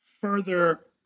further